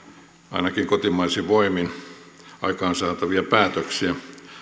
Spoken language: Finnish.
ainakin kotimaisin voimin aikaansaatavia päätöksiä